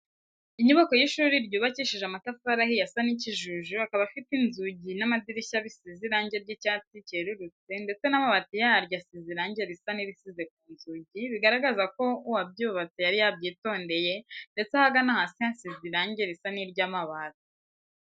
Inyubako y'ishuri ryubakishije amatafari ahiye asa n'ikijuju akaba afite inzugi n'amadirishyabisize irange ry'icyatsi cyerurutse ndetse n'amabati yaryo asizre irange risa n'irisize ku nzugi bigaragaza ko uwaryubatse yari yabyitondeye ndetse ahagana hasi hasize irange risa n'iry'amabati.